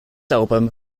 album